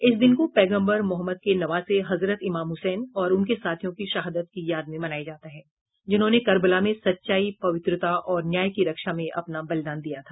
इस दिन को पैगम्बर मोहम्मद के नवासे हजरत इमाम हसैन और उनके साथियों की शहादत की याद में मनाया जाता है जिन्होंने कर्बला में सच्चाई पवित्रता और न्याय की रक्षा में अपना बलिदान दिया था